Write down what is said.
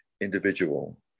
individual